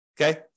okay